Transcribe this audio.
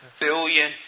billion